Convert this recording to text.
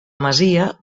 masia